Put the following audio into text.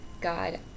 God